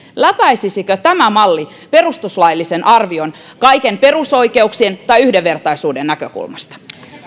läpäisisikö tämä malli perustuslaillisen arvion kaikkien perusoikeuksien tai yhdenvertaisuuden näkökulmasta